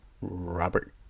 robert